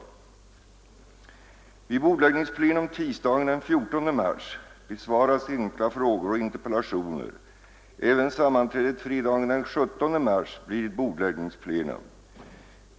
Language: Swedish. KA Vid bordläggningsplenum tisdagen den 14 mars besvaras enkla frågor och interpellationer. Även sammanträdet fredagen den 17 mars blir ett bordläggningsplenum.